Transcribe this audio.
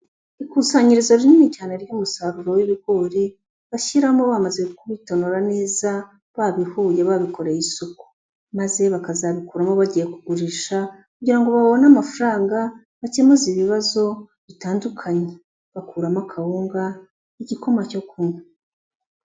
Ikusanyirizo rinini cyane ry'umusaruro w'ibigori, bashyiramo bamaze kubitonora neza, babihuye babikoreye isuku maze bakazabikuramo bagiye kugurisha, kugira ngo babone amafaranga bakemuza ibibazo bitandukanye, bakuramo kawunga n'igikoma cyo kunywa.